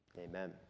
Amen